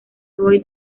roy